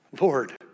Lord